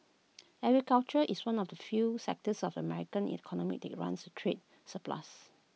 agriculture is one of the few sectors of the American economy that runs A trade surplus